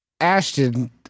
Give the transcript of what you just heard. Ashton